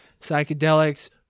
psychedelics